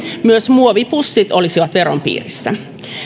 myös muovipussit olisivat veron piirissä